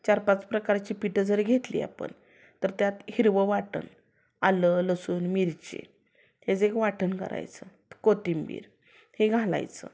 चारपाच प्रकारची पिठं जर घेतली आपण तर त्यात हिरवं वाटण आलं लसूण मिरची ह्याचं एक वाटण करायचं कोथिंबीर हे घालायचं